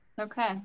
okay